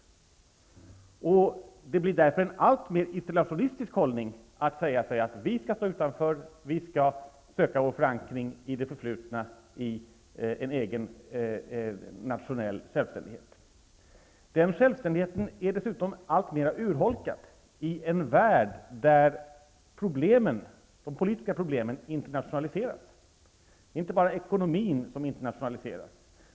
Det blir därför en alltmer isolationistisk hållning att säga att vi skall stå utanför och söka vår förankring i det förflutna, i en egen nationell självständighet. Den självständigheten har dessutom blivit alltmer urholkad i en värld där de politiska problemen internationaliseras. Det är inte bara ekonomin som internationaliseras.